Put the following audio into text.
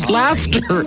laughter